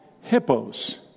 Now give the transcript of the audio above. hippos